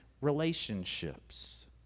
relationships